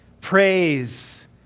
Praise